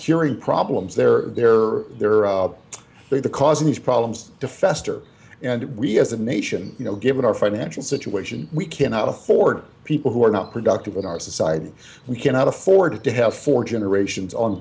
curing problems they're there are there are there the cause of these problems to fester and we as a nation you know given our financial situation we cannot afford people who are not productive in our society we cannot afford to have four generations on